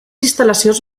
instal·lacions